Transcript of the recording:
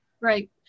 Right